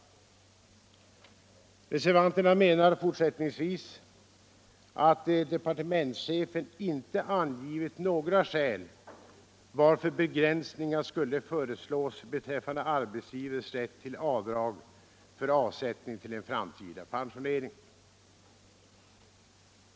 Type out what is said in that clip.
Reservanterna menar fortsättningsvis att departementschefen inte heller angivit några skäl varför begränsningar skulle föreslås beträffande arbetsgivares rätt till avdrag för avsättning till en framtida pensionering.